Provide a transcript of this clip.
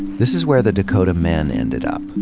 this is where the dakota men ended up.